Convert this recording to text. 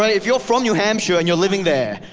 but if you're from new hampshire, and you're living there,